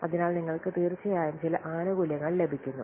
അതിനാൽ നിങ്ങൾക്ക് തീർച്ചയായും ചില ആനുകൂല്യങ്ങൾ ലഭിക്കുന്നു